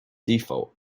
default